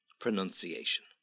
pronunciation